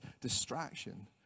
Distraction